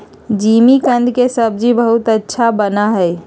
जिमीकंद के सब्जी बहुत अच्छा बना हई